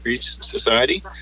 society